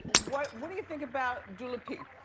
what what do you think about dulapeep?